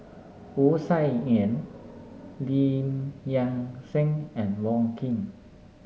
Wu Tsai Yen Lim Nang Seng and Wong Keen